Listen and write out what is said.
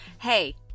Hey